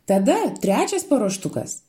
tada trečias paruoštukas